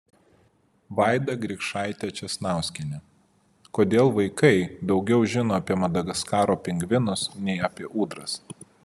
vaida grikšaitė česnauskienė kodėl vaikai daugiau žino apie madagaskaro pingvinus nei apie ūdras